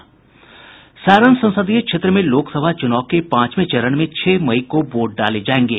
सारण संसदीय क्षेत्र में लोकसभा चुनाव के पांचवें चरण में छह मई को वोट डाले जाएंगे